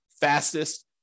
fastest